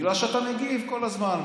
בגלל שאתה מגיב כל הזמן,